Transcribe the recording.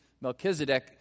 Melchizedek